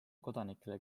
kodanikele